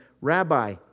Rabbi